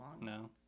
No